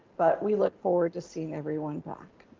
but we look forward to seeing everyone back.